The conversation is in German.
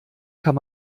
kann